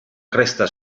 cresta